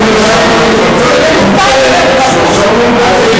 שמכסה את,